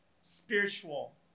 spiritual